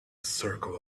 circle